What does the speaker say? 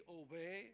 obey